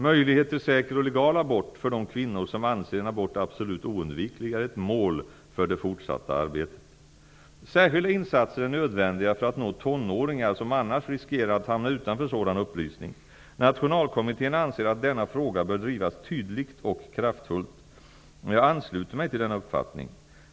Möjlighet till säker och legal abort för de kvinnor som anser en abort absolut oundviklig är ett mål för det fortsatta arbetet. Särskilda insatser är nödvändiga för att nå tonåringar, som annars riskerar att hamna utanför sådan upplysning. Nationalkommittén anser att denna fråga bör drivas tydligt och kraftfullt. Jag ansluter mig till denna uppfattning.